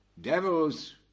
devils